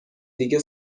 دیگه